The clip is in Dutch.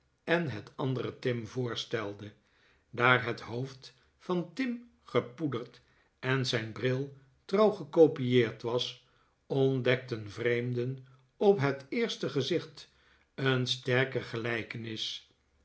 en het andere tim voorstelde daar het hoofd van tim gepoederd en zijn bril trouw gekopieerd was ontdekten vreemden op het eerste gezicht een sterke gelijkenis